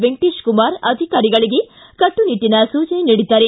ವೆಂಕಟೇಶ ಕುಮಾರ್ ಅಧಿಕಾರಿಗಳಿಗೆ ಕಟ್ಟುನಿಟ್ಟಿನ ಸೂಚನೆ ನೀಡಿದ್ದಾರೆ